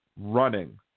running